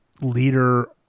leader